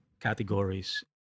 categories